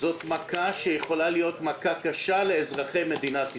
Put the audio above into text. מכה שיכולה להיות מכה קשה לאזרחי מדינת ישראל,